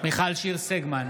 מיכל שיר סגמן,